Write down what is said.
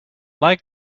like